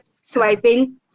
swiping